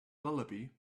lullaby